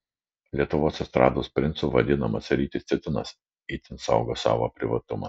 lietuvos estrados princu vadinamas rytis cicinas itin saugo savo privatumą